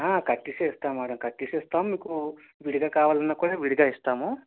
కట్టేసి ఇస్తాం మ్యాడమ్ కట్టేసి ఇస్తాం మీకు విడిగా కావాలన్నా కూడా విడిగా ఇస్తాము